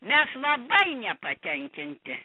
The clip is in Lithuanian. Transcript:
mes labai nepatenkinti